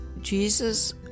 Jesus